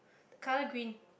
car green